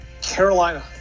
Carolina